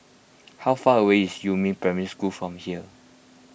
how far away is Yumin Primary School from here